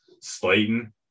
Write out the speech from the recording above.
Slayton